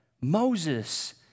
Moses